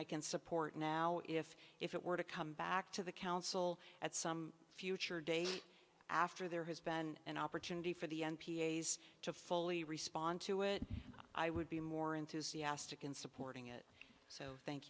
i can support now if it were to come back to the council at some future date after there has been an opportunity for the n p a to fully respond to it i would be more enthusiastic in supporting it so thank